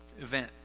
event